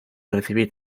recibir